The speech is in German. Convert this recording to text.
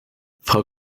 frau